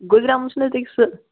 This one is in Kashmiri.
گُزرَیومُت چھُنہٕ حظ تٔکۍ سُہ